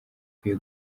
akwiye